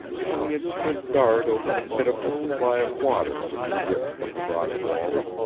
how he had stood guard over the pitiful supply of water which dripped from the rock walls,